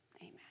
amen